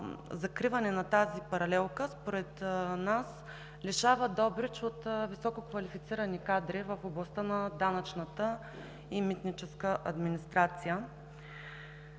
закриване на тази паралелка, според нас, лишава Добрич от висококвалифицирани кадри в областта на данъчната и митническа администрация.